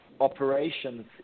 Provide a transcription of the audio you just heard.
operations